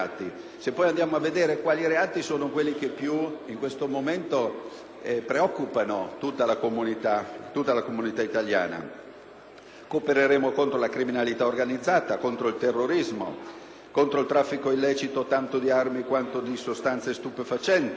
repressione dei reati. I reati sono quelli che in questo momento più preoccupano tutta la comunità italiana. Coopereremo contro la criminalità organizzata, contro il terrorismo, contro il traffico illecito tanto di armi quanto di sostanze stupefacenti,